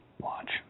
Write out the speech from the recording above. Watch